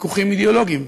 ויכוחים אידיאולוגיים,